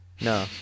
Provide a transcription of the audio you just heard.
No